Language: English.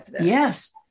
yes